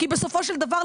כי בסופו של דבר,